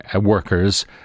workers